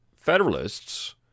Federalists